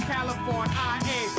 California